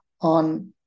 on